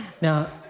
Now